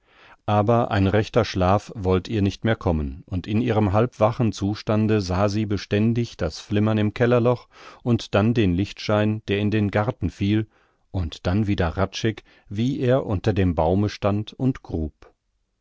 aber ein rechter schlaf wollt ihr nicht mehr kommen und in ihrem halbwachen zustande sah sie beständig das flimmern im kellerloch und dann den lichtschein der in den garten fiel und dann wieder hradscheck wie er unter dem baume stand und grub